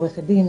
עורכת-דין,